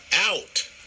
out